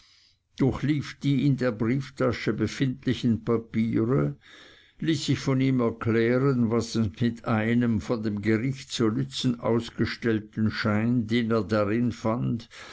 durchlief die in der brieftasche befindlichen papiere ließ sich von ihm erklären was es mit einem von dem gericht zu lützen ausgestellten schein den er darin fand